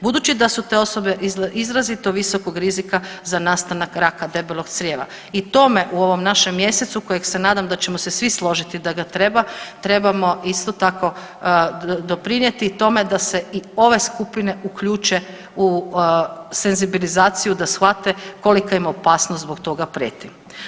Budući da su te osobe izrazito visokog rizika za nastanak raka debelog crijeva i tome u ovom našem mjesecu kojeg nadam se da ćemo se svi složiti da ga treba, trebamo isto tako doprinijeti tome da se i ove skupine uključe u senzibilizaciju, da shvate kolika im opasnost zbog toga prijeti.